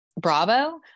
Bravo